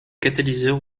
catalyseur